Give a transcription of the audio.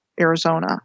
Arizona